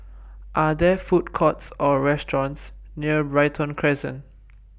Are There Food Courts Or restaurants near Brighton Crescent